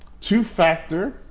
two-factor